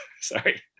sorry